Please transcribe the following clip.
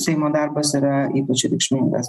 seimo darbas yra ypač reikšmingas